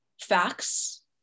facts